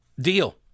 deal